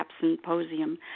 symposium